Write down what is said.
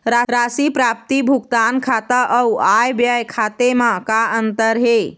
राशि प्राप्ति भुगतान खाता अऊ आय व्यय खाते म का अंतर हे?